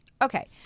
Okay